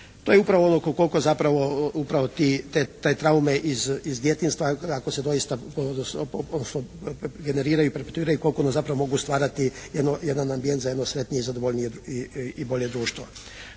To je upravo ono koliko zapravo upravo te traume iz djetinjstva ako se doista, odnosno generiraju i … /Ne razumije se./ … koliko zapravo mogu stvarati jedan ambijent za jedno sretnije i zadovoljnije i bolje društvo.